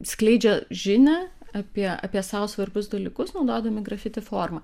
skleidžia žinią apie apie sau svarbius dalykus naudodami grafiti formą